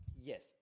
yes